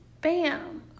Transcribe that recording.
BAM